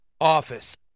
office